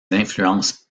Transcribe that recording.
influences